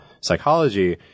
psychology